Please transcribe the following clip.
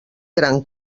gran